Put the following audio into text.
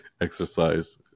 exercise